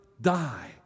die